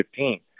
2015